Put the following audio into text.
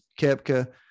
kepka